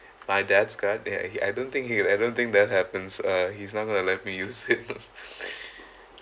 my dad's card and he I don't think he have ever think that happens uh he's not going to let me use it